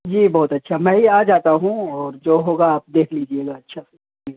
جی بہت اچھا میں ہی آ جاتا ہوں اور جو ہوگا آپ دیکھ لیجیے گا اچھا